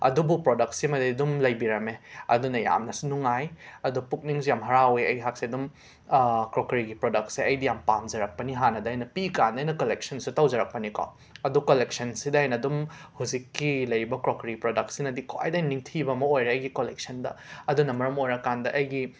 ꯑꯗꯨꯕꯨ ꯄ꯭ꯔꯣꯗꯛꯁꯤꯃꯗꯤ ꯑꯗꯨꯝ ꯂꯩꯕꯤꯔꯝꯃꯦ ꯑꯗꯨꯅ ꯌꯥꯝꯅꯁꯨ ꯅꯨꯡꯉꯥꯏ ꯑꯗꯣ ꯄꯨꯛꯅꯤꯡꯁꯨ ꯌꯥꯝꯅ ꯍꯔꯥꯎꯋꯦ ꯑꯩꯍꯥꯛꯁꯦ ꯑꯗꯨꯝ ꯀ꯭ꯔꯣꯀꯔꯤꯒꯤ ꯄ꯭ꯔꯣꯗꯛꯁꯦ ꯑꯩꯗꯤ ꯌꯥꯝꯅ ꯄꯥꯝꯖꯔꯛꯄꯅꯤ ꯍꯥꯟꯅꯗꯩꯅ ꯄꯤꯛꯏꯀꯥꯟꯗꯒꯤ ꯑꯩꯅ ꯀꯜꯂꯦꯛꯁꯟꯁꯨ ꯇꯧꯖꯔꯛꯄꯅꯦꯀꯣ ꯑꯗꯣ ꯀꯂꯦꯛꯁꯟꯁꯤꯗ ꯑꯩꯅ ꯑꯗꯨꯝ ꯍꯩꯖꯤꯛꯀꯤ ꯂꯩꯔꯤꯕ ꯀ꯭ꯔꯣꯀꯔꯤ ꯄ꯭ꯔꯣꯗꯛꯁꯤꯅꯗꯤ ꯈ꯭ꯋꯥꯏꯗꯒꯤ ꯅꯤꯡꯊꯤꯕ ꯑꯃ ꯑꯣꯏꯔꯦ ꯑꯩꯒꯤ ꯀꯣꯂꯦꯛꯁꯟꯗ ꯑꯗꯨꯅ ꯃꯔꯝ ꯑꯣꯏꯔꯀꯥꯟꯗ ꯑꯩꯒꯤ